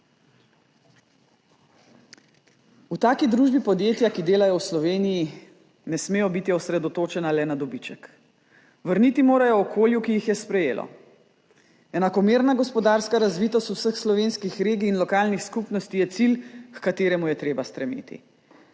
V taki družbi podjetja, ki delajo v Sloveniji, ne smejo biti osredotočena le na dobiček. Vrniti morajo okolju, ki jih je sprejelo. Enakomerna gospodarska razvitost vseh slovenskih regij in lokalnih skupnosti je cilj, h kateremu je treba stremeti.